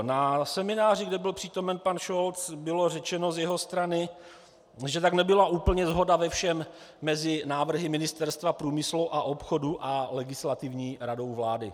Na semináři, kde byl přítomen pan Šolc, bylo řečeno z jeho strany, že nebyla tak úplně shoda ve všem mezi návrhy Ministerstva průmyslu a obchodu a Legislativní radou vlády.